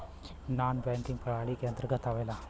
नानॅ banking प्रणाली के अंतर्गत आवेला